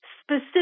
specific